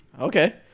Okay